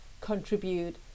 contribute